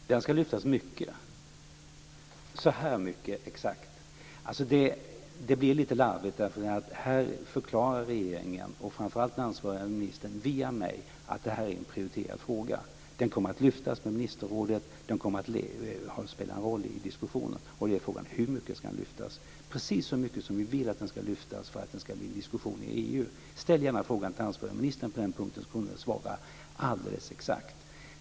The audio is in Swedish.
Fru talman! Den ska lyftas mycket. Så här mycket exakt. Detta blir lite larvigt. Regeringen och den ansvariga ministern förklarar via mig att detta är en prioriterad fråga. Den kommer att lyftas på ministerrådet och spela en roll i diskussionen. Då är frågan hur mycket den ska lyftas. Den ska lyftas precis så mycket som vi vill att den ska lyftas för att det ska bli en diskussion i EU. Ställ gärna frågan till den ansvariga ministern! Då kan vi få ett exakt svar.